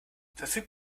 verfügt